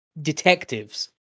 detectives